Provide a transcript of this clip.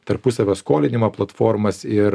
tarpusavio skolinimo platformas ir